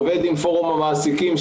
עובד עם פורום המעסיקים,